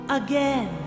again